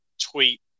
tweet